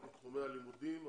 בתחומי הלימודים,